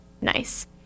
Nice